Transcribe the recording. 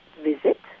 visit